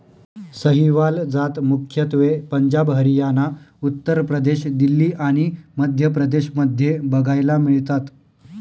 सहीवाल जात मुख्यत्वे पंजाब, हरियाणा, उत्तर प्रदेश, दिल्ली आणि मध्य प्रदेश मध्ये बघायला मिळतात